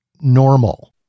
normal